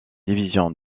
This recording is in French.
division